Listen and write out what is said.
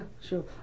sure